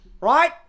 right